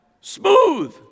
Smooth